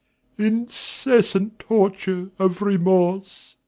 incessant torture of remorse.